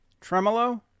tremolo